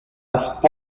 spy